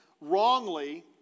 wrongly